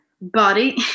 body